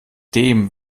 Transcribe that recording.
dem